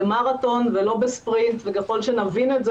במרתון ולא בספרינט וככל שנבין את זה